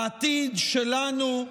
העתיד שלנו,